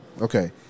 okay